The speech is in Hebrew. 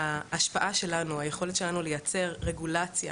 ההשפעה שלנו, היכולת שלנו לייצר רגולציה